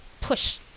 push